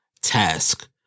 task